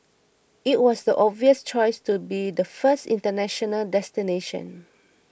it was the obvious choice to be the first international destination